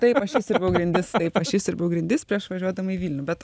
taip aš išsiurbiau grindis aš išsiurbiau grindis prieš važiuodama į vilnių bet